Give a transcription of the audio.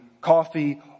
coffee